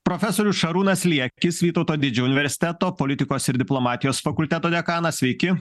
profesorius šarūnas liekis vytauto didžiojo universiteto politikos ir diplomatijos fakulteto dekanas sveiki